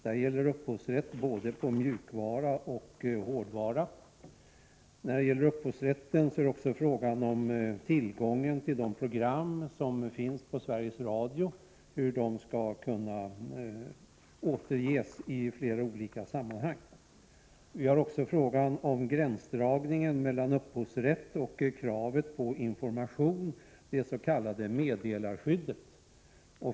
Där gäller upphovsrätten både mjukvara och hårdvara. När det gäller upphovsrätten är det också fråga om hur de program som finns på Sveriges Radio skall kunna återges i flera olika sammanhang. Vi har också frågan om gränsdragning mellan upphovsrätt och kravet på information, det s.k. meddelarskyddet.